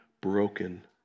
broken